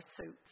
suits